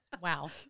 Wow